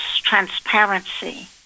transparency